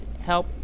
help